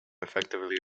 effectively